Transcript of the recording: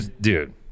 Dude